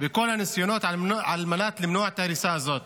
וכל הניסיונות למנוע את ההריסה הזאת.